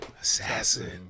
Assassin